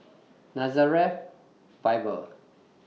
Nazareth Bible